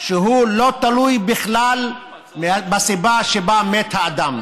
שלא תלוי בכלל בסיבה שבה מת האדם.